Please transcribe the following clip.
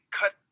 cut